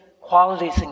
qualities